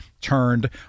turned